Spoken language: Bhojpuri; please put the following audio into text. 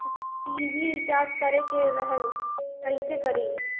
टी.वी रिचार्ज करे के रहल ह कइसे करी?